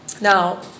Now